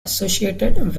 associated